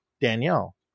Danielle